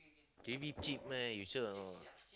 J_B cheap meh you sure or not